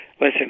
listen